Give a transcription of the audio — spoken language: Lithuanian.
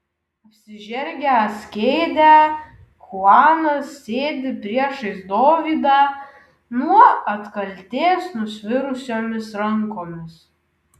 apsižergęs kėdę chuanas sėdi priešais dovydą nuo atkaltės nusvirusiomis rankomis